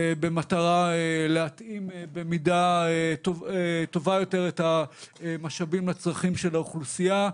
במטרה להתאים במידה טובה יותר את המשאבים לצרכים של האוכלוסייה,